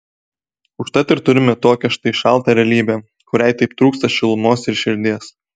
užtat ir turime tokią štai šaltą realybę kuriai taip trūksta šilumos ir širdies